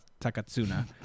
Takatsuna